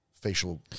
facial